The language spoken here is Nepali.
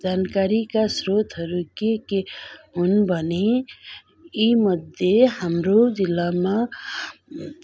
जानकारीका स्रोतहरू के के हुन् भने यीमध्ये हाम्रो जिल्लामा